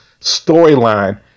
storyline